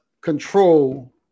control